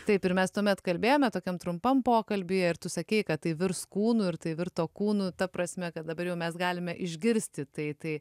taip ir mes tuomet kalbėjome tokiam trumpam pokalbyje ir tu sakei kad tai virs kūnu ir tai virto kūnu ta prasme kad dabar jau mes galime išgirsti tai tai